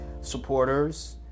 supporters